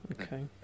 Okay